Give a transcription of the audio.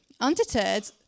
Undeterred